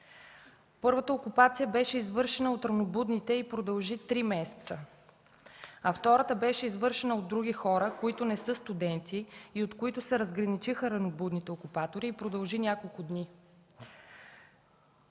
Първата окупация беше извършена от „ранобудните” и продължи три месеца, а втората беше извършена от други хора, които не са студенти и от които се разграничиха „ранобудните” окупатори и продължи няколко дни.